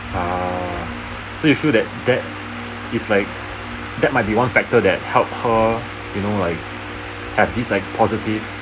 ah so you feel that that is like that might be one factor that help her you know like that have this like positive